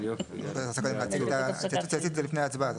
את צריכה קודם להציג את זה לפני ההצבעה.